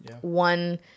One